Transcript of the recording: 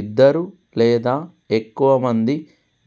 ఇద్దరు లేదా ఎక్కువ మంది